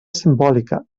simbòlica